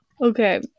okay